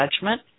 judgment